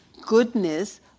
Goodness